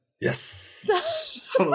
Yes